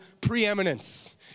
preeminence